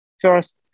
first